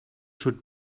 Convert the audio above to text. should